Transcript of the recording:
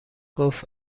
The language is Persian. گفت